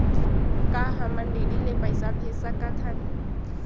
का हम डी.डी ले पईसा भेज सकत हन?